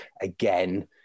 again